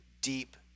deep